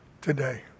today